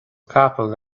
capall